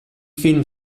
film